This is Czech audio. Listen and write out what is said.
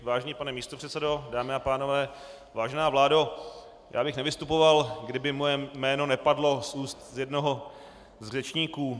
Vážený pane místopředsedo, dámy a pánové, vážená vládo, já bych nevystupoval, kdyby moje jméno nepadlo z úst jednoho z řečníků.